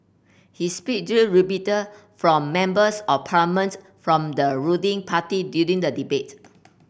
he speech drew rebuttal from Members of Parliament from the ruling party during the debate